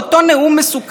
מה שאת עשית,